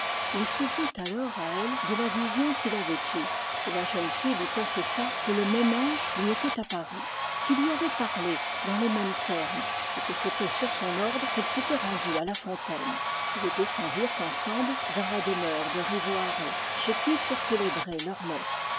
il s'ouvrit alors à elle de la vision qu'il avait eue et la jeune fille lui confessa que le même ange lui était apparu qu'il lui avait parlé dans les mêmes termes et que c'était sur son ordre qu'elle s'était rendue à la fontaine ils descen dirent ensemble vers la demeure de rivoaré chez qui furent célébrées leurs noces